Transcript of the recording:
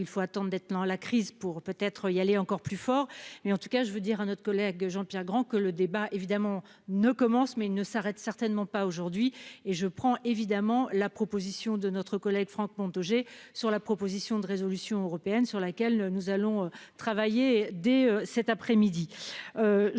il faut attendre maintenant la crise pour peut-être y aller encore plus fort, mais en tout cas je veux dire à notre collègue Jean-Pierre Grand, que le débat évidemment ne commence, mais il ne s'arrêtent certainement pas aujourd'hui et je prends évidemment la proposition de notre collègue Franck Montaugé sur la proposition de résolution européenne sur laquelle nous allons travailler dès cet après-midi.